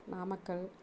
Namakkal